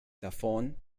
davon